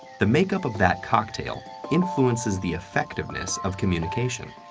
the makeup of that cocktail influences the effectiveness of communication.